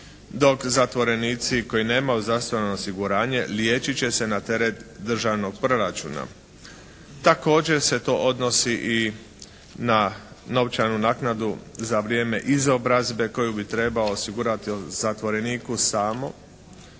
dok zatvorenici koji nemaju zdravstveno osiguranje liječit će se na teret državnog proračuna. Također se to odnosi i na novčanu naknadu za vrijeme izobrazbe koju bi trebalo osigurati zatvoreniku samo